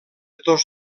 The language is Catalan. tots